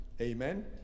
Amen